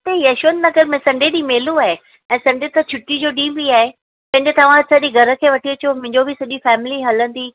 हिते यशवंत नगर में संडे ॾींहुं मेलो आहे त समुझ त छुटी जो ॾींहुं बि आहे पंहिंजे तव्हां सरी घर खे वठी अचो मुंहिंजो बि सॼी फैमिली हलंदी